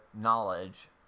knowledge